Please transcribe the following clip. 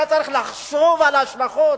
היה צריך לחשוב על ההשלכות,